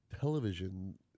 television